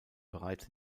bereits